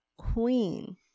queen